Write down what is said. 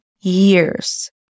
years